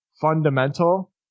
fundamental